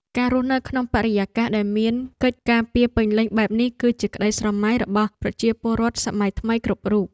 ការរស់នៅក្នុងបរិយាកាសដែលមានកិច្ចការពារពេញលេញបែបនេះគឺជាក្តីស្រមៃរបស់ប្រជាពលរដ្ឋសម័យថ្មីគ្រប់រូប។